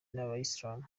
n’abayisilamu